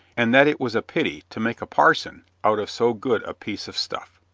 and that it was a pity to make a parson out of so good a piece of stuff.